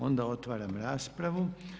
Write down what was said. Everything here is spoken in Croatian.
Onda otvaram raspravu.